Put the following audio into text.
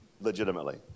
legitimately